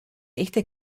echte